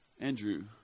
Andrew